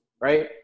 right